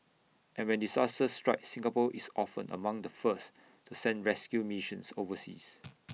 and when disaster strikes Singapore is often among the first to send rescue missions overseas